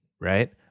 Right